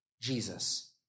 Jesus